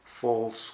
false